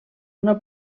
una